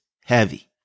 heavy